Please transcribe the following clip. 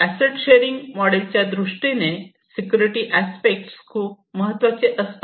asset sharing model च्या दृष्टीने security aspect खूप महत्त्वाचे असतात